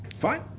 Fine